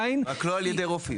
רק לא על ידי רופאים.